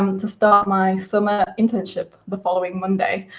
um to start my summer internship the following monday.